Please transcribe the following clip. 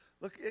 Look